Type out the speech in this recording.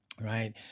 right